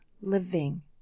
living